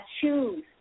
choose